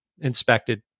inspected